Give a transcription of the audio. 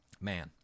Man